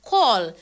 Call